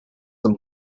them